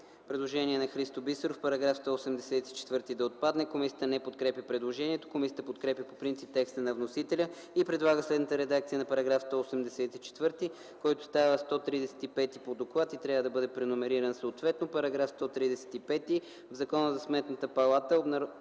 Предложение на Христо Бисеров –§ 184 да отпадне. Комисията не подкрепя предложението. Комисията подкрепя по принцип текста на вносителя и предлага следната редакция на § 184, който става § 135 по доклад, но трябва да бъде преномериран съответно: „§ 135. В Закона за Сметната палата